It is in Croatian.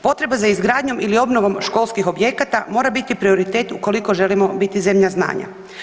Potreba za izgradnjom ili obnovom školskih objekata mora biti prioritet ukoliko želimo biti zemlja znanja.